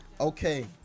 Okay